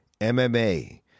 MMA